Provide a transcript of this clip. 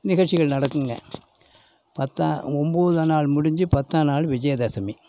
நிகழ்ச்சிகள் நடக்குங்க பத்தா ஒன்பதாம் நாள் முடிஞ்சு பத்தாம் நாள் விஜயதசமி